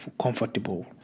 comfortable